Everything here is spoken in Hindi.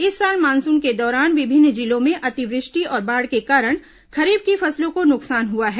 इस साल मानसून के दौरान विभिन्न जिलों में अतिवृष्टि और बाढ़ के कारण खरीफ की फसलों को नुकसान हुआ है